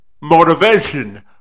motivation